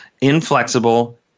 inflexible